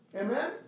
Amen